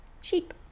Sheep